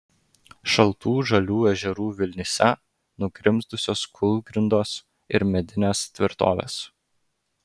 šaltų žalių ežerų vilnyse nugrimzdusios kūlgrindos ir medinės tvirtovės